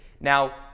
now